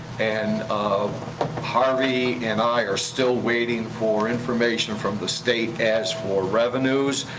and um harvey and i are still waiting for information from the state as for revenues,